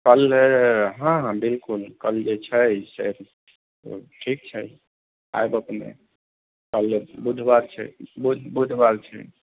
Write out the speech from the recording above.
कल हँ हँ बिल्कुल कल जे छै से ठीक छै आएब अपने कल बुधवार छै बुध बुधवार छै